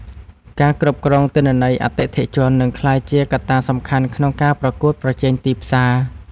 ការគ្រប់គ្រងទិន្នន័យអតិថិជន នឹងក្លាយជាកត្តាសំខាន់ក្នុងការប្រកួតប្រជែងទីផ្សារ។